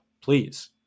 please